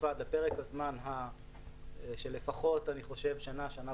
לתקופת פרק הזמן שלפחות שנה או שנה